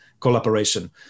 collaboration